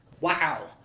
wow